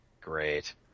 great